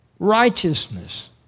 Righteousness